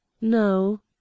No